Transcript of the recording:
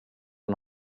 den